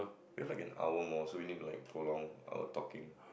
you also can hour more so you need to like prolong our talking